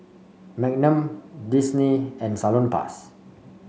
Magnum Disney and Salonpas